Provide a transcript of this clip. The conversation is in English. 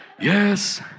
Yes